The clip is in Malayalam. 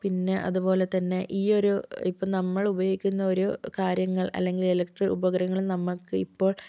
പിന്നേ അതുപോലെതന്നേ ഈയൊരു ഇപ്പോ നമ്മള് ഉപയോഗിക്കുന്ന ഒരു കാര്യങ്ങൾ അല്ലെങ്കിൽ ഇലക്ട്രിക് ഉപകരണങ്ങൾ നമ്മൾക്ക് ഇപ്പോൾ